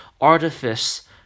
artifice